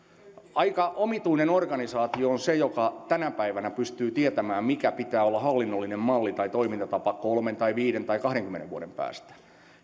aika omituinen organisaatio on se joka tänä päivänä pystyy tietämään minkä pitää olla hallinnollinen malli tai toimintatapa kolmen tai viiden tai kahdenkymmenen vuoden päästä